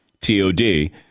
T-O-D